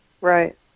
Right